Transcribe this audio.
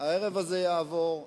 הערב הזה יעבור,